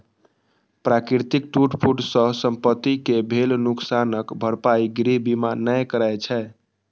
प्राकृतिक टूट फूट सं संपत्ति कें भेल नुकसानक भरपाई गृह बीमा नै करै छै